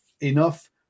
enough